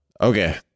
Okay